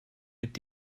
mit